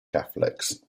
catholics